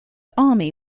army